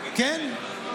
כן.